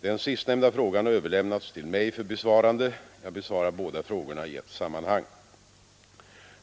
Den sistnämnda frågan har överlämnats till mig för besvarande. Jag besvarar båda frågorna i ett sammanhang.